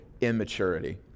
immaturity